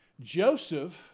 joseph